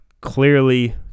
clearly